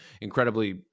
incredibly